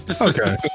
Okay